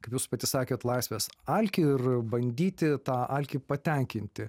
kaip jūs pati sakėt laisvės alkį ir bandyti tą alkį patenkinti